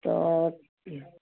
तऽ